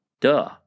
Duh